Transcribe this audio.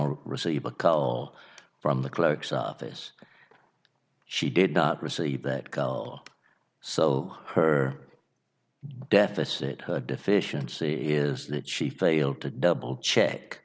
to receive a call from the clerk's office she did not receive that girl so her deficit deficiency is that she failed to double check